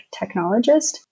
technologist